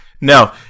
No